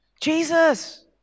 Jesus